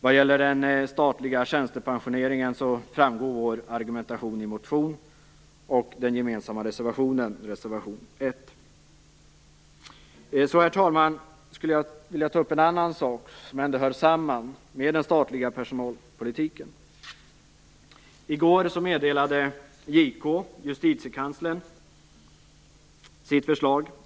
Vad gäller den statliga tjänstepensioneringen framgår vår argumentation i vår motion och den gemensamma reservationen, reservation 1. Herr talman! Jag vill också ta upp en annan sak som hör samman med den statliga personalpolitiken. I går meddelade JK, Justitiekanslern, sitt förslag.